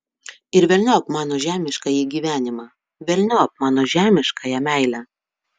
ir velniop mano žemiškąjį gyvenimą velniop mano žemiškąją meilę